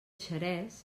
xerès